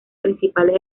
principales